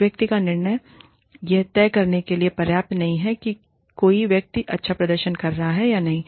एक व्यक्ति का निर्णय यह तय करने के लिए पर्याप्त नहीं है कि कोई व्यक्ति अच्छा प्रदर्शन कर रहा है या नहीं